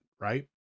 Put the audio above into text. right